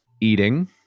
eating